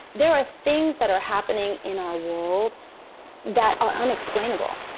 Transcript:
there are things that are happening in our world that are unexplainable.